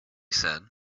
said